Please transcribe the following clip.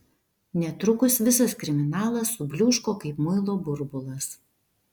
netrukus visas kriminalas subliūško kaip muilo burbulas